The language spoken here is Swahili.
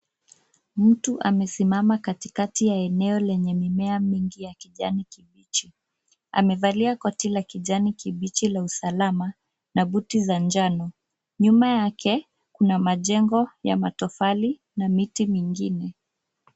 Mtu amesimama katikati ya eneo lenye mimea mingi ya kijani kibichi. Amevalia koti la kijani kibichi la usalama na buti za njano. Nyuma yake kuna majengo ya matofali na miti mingine.